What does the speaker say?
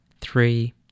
three